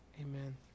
Amen